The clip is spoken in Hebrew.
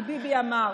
כי ביבי אמר.